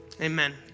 amen